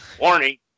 Warning